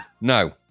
No